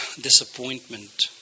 disappointment